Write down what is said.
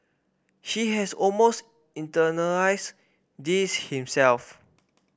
he has almost internalised this himself